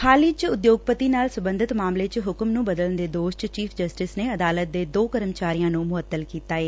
ਹਾਲ ਹੀ ਚ ਉਦਯੋਗਪਤੀ ਨਾਲ ਸਬੰਧਤ ਮਾਮਲੇ ਚ ਹੁਕਮ ਨੂੰ ਬਦਲਣ ਦੇ ਦੋਸ਼ ਚ ਚੀਫ਼ ਜਸਟਿਸ ਨੇ ਅਦਾਲਤ ਦੇ ਦੋ ਕਰਮਚਾਰੀਆਂ ਨੂੰ ਮੁਅੱਤਲ ਕੀਤਾ ਏ